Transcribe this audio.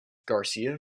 garcia